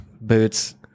boots